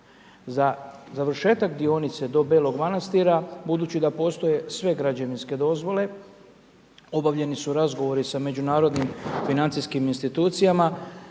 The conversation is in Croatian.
Za završetak dionica do Belog Manastira, budući da postoje sve građevinske dozvole, obavljeni su razgovori, sa međunarodnim financijskim institucijama,